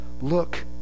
look